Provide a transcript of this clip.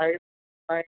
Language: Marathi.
काय काय